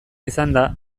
izanda